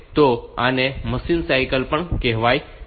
તો આને machine cycle પણ કહેવાય છે